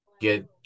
get